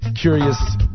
curious